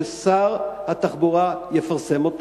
ששר התחבורה יפרסם,